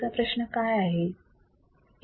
पुढचा प्रश्न काय आहे